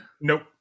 Nope